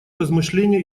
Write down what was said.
размышления